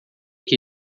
que